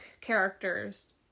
characters